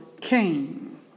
Cain